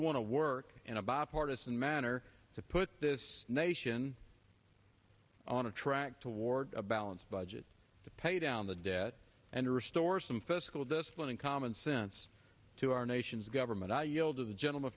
want to work in a bipartisan manner to put this nation on a track toward a balanced budget to pay down the debt and restore some fiscal discipline and common sense to our nation's government i yield to the gentleman